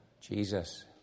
Jesus